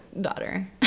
daughter